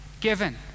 given